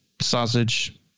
sausage